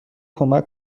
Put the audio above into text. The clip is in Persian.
کمک